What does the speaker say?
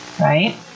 right